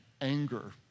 anger